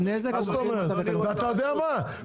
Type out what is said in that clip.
ואתה יודע מה,